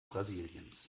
brasiliens